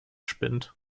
spinnt